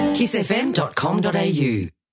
KissFM.com.au